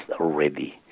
already